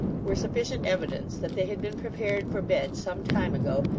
were sufficient evidence that they had been prepared for bed some time ago,